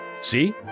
See